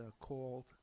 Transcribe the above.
called